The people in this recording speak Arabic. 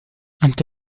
أنت